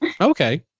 Okay